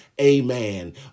amen